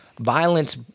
violence